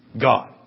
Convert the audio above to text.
God